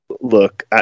look